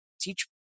teach